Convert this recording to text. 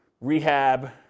rehab